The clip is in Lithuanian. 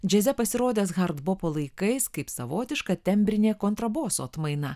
džiaze pasirodęs hardbopo laikais kaip savotiška tembrinė kontraboso atmaina